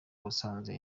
basanze